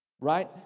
Right